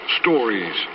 stories